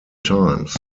times